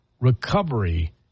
recovery